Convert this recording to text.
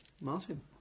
Martin